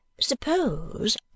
Suppose